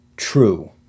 True